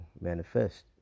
manifest